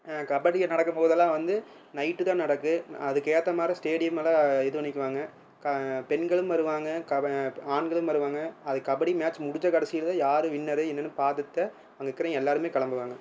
கபடி நடக்கும்போதெல்லாம் வந்து நைட்டு தான் நடக்கும் அதுக்கேற்ற மாதிரி ஸ்டேடியமெல்லாம் இது பண்ணிக்குவாங்க பெண்களும் வருவாங்க ஆண்களும் வருவாங்க அது கபடி மேட்ச் முடிச்ச கடைசியில் தான் யார் வின்னரு என்னென்னு பார்த்துட்டு தான் அங்கே இருக்கவங்க எல்லோருமே கிளம்புவாங்க